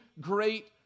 great